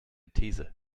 these